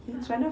ya